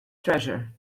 treasure